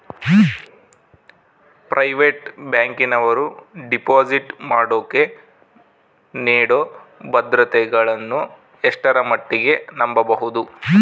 Private ಬ್ಯಾಂಕಿನವರು deposit ಮಾಡೋಕೆ ನೇಡೋ ಭದ್ರತೆಗಳನ್ನು ಎಷ್ಟರ ಮಟ್ಟಿಗೆ ನಂಬಬಹುದು?